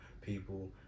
people